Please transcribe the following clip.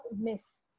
miss